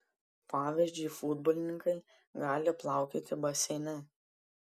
pavyzdžiui futbolininkai gali plaukioti baseine